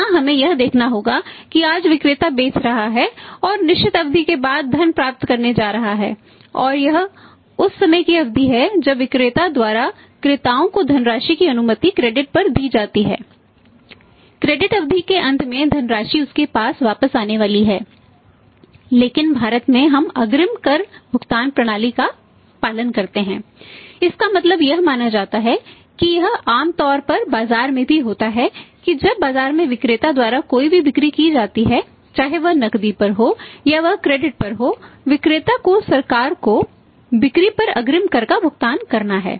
यहाँ हमें यह देखना होगा कि आज विक्रेता बेच रहा है और वह निश्चित अवधि के बाद धन प्राप्त करने जा रहा है और यह उस समय की अवधि है जब विक्रेता द्वारा क्रेताओं को धनराशि की अनुमति क्रेडिट पर हो विक्रेता को सरकार को बिक्री पर अग्रिम कर का भुगतान करना है